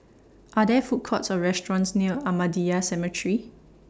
Are There Food Courts Or restaurants near Ahmadiyya Cemetery